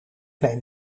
neem